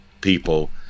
people